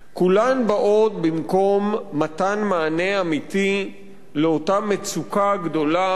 כולן באות במקום מתן מענה אמיתי לאותה מצוקה גדולה,